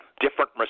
different